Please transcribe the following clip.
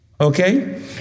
Okay